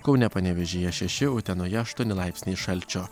kaune panevėžyje šeši utenoje aštuoni laipsniai šalčio